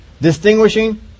Distinguishing